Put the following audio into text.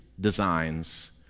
designs